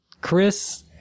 Chris